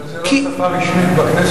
אבל זו לא שפה רשמית בכנסת.